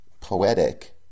poetic